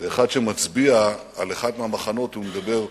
ואחד שמצביע על אחד המחנות ואומר: